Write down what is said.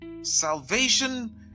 Salvation